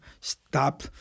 stop